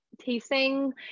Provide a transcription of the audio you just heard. Tasting